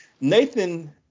Nathan